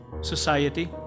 society